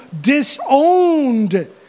disowned